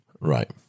Right